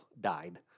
died